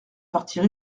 partir